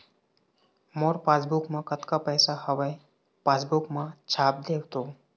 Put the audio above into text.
मोर passbook मा कतका पैसा हवे पासबुक मा छाप देव तो?